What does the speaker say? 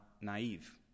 naive